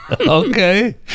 Okay